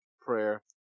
prayer